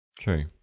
True